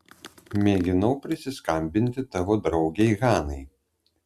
mėginau prisiskambinti tavo draugei hanai